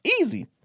easy